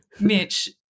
Mitch